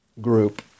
Group